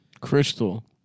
Crystal